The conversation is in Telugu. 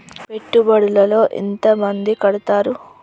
పెట్టుబడుల లో ఎంత మంది కడుతరు?